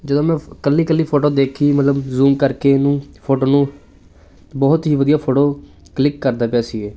ਜਦੋਂ ਮੈਂ ਫੋ ਇਕੱਲੀ ਇਕੱਲੀ ਫੋਟੋ ਦੇਖੀ ਮਤਲਬ ਜ਼ੂਮ ਕਰਕੇ ਇਹਨੂੰ ਫੋਟੋ ਨੂੰ ਬਹੁਤ ਹੀ ਵਧੀਆ ਫੋਟੋ ਕਲਿੱਕ ਕਰਦਾ ਪਿਆ ਸੀ ਇਹ